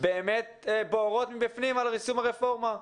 באמת בוערות מבפנים על יישום הרפורמה.